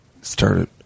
started